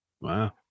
Wow